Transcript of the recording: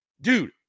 dude